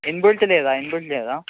inbuilt లేదా inbuilt లేదా